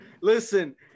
listen